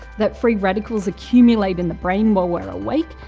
that free radicals accumulate in the brain while we're awake,